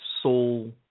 soul